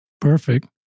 Perfect